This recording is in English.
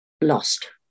lost